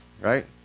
Right